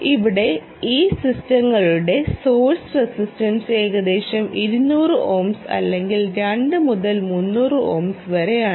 ഇവിടെ ഈ സിസ്റ്റങ്ങളുടെ സോഴ്സ് റെസിസ്റ്റൻസ് ഏകദേശം 200 ഓംസ് അല്ലെങ്കിൽ 2 മുതൽ 300 ഓംസ് വരെയാണ്